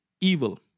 evil